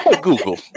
Google